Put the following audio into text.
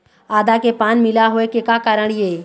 आदा के पान पिला होय के का कारण ये?